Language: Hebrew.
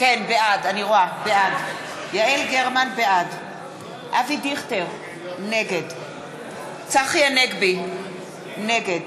בעד אבי דיכטר, נגד צחי הנגבי, נגד